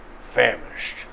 famished